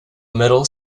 middle